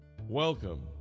Welcome